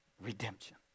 redemption